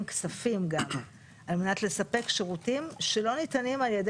כספים גם על מנת לספק שירותים שלא ניתנים על ידי